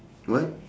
what